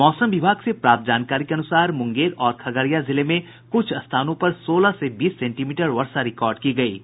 मौसम विभाग से प्राप्त जानकारी के अनुसार मुंगेर और खगड़िया जिले में कुछ स्थानों पर सोलह से बीस सेंटीमीटर वर्षा रिकॉर्ड की गयी है